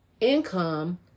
income